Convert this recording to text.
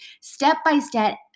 step-by-step